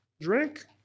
drink